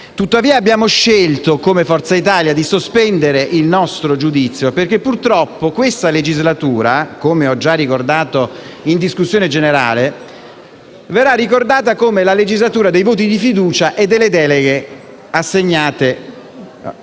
Tuttavia, abbiamo scelto, come Forza Italia, di sospendere il nostro giudizio perché purtroppo questa legislatura, come ho già ricordato in discussione generale, verrà ricordata come la legislatura dei voti di fiducia e delle deleghe assegnate